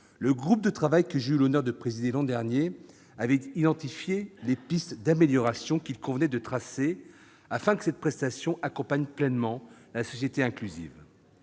le groupe de travail que j'ai eu l'honneur de présider l'an dernier avait identifié les pistes d'amélioration qu'il convenait de tracer afin que cette prestation accompagne pleinement la société inclusive.